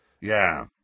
Yeah